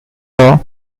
raw